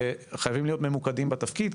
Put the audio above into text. חייבים להיות ממוקדים בתפקיד,